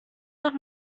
noch